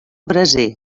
braser